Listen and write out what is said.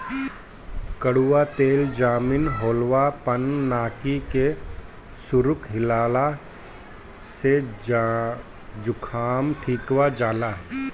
कड़ुआ तेल जुकाम होखला पअ नाकी में सुरुक लिहला से जुकाम ठिका जाला